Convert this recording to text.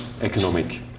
economic